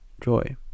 joy